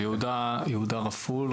יהודה רפול,